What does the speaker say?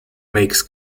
makes